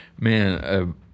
man